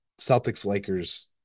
Celtics-Lakers